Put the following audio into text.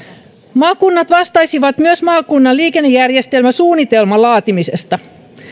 maakunnat vastaisivat myös maakunnan liikennejärjestelmäsuunnitelman laatimisesta